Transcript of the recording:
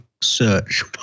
search